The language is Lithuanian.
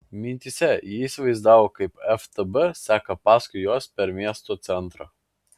mintyse ji įsivaizdavo kaip ftb seka paskui juos per miesto centrą